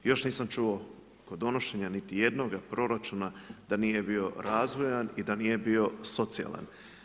Još nisam čuo kod donošenja niti jednoga proračuna, da nije bio razvojan i da nije socijalan.